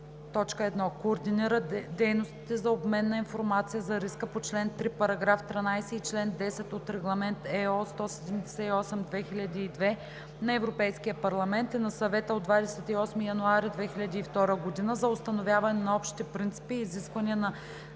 горите: 1. координира дейностите за обмен на информация за риска по чл. 3, параграф 13 и чл. 10 от Регламент (ЕО) № 178/2002 на Европейския парламент и на Съвета от 28 януари 2002 г. за установяване на общите принципи и изисквания на